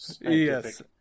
yes